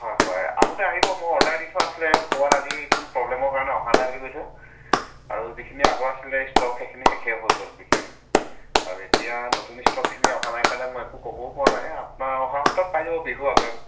হয় হয় আহোঁতে আহিব মই অৰ্ডাৰ দি থোৱা আছিলে ক'ৰবাত আজি প্ৰব্লেমৰ কাৰণে অহা নাই বুলি কৈছে আৰু যিখিনি আগৰ আছিলে ষ্টক সেইখিনি শেষে হৈ গ'ল বিকি আৰু এতিয়া নতুন ষ্টকখিনি অহা নাই কাৰণে মই একো ক'বও পৰা নাই আপোনাৰ অহা সপ্তত পাই যাব বিহুৰ আগে